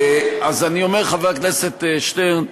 אז אני אומר, חבר הכנסת שטרן,